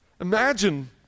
Imagine